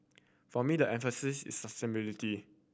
for me the emphasis is sustainability